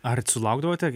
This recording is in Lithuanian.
ar sulaukdavote